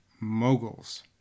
Moguls